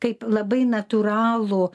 kaip labai natūralų